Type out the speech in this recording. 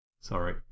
Sorry